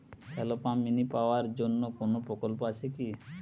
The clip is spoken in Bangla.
শ্যালো পাম্প মিনি পাওয়ার জন্য কোনো প্রকল্প আছে কি?